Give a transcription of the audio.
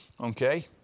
okay